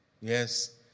yes